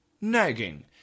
Nagging